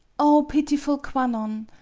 oh, pitiful kwannon!